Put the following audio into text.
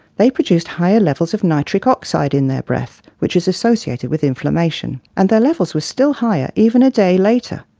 they produced higher levels of nitric oxide in their breath, which is associated with inflammation. and their levels were still higher even a day later.